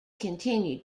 continued